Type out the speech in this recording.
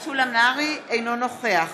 אינו נוכח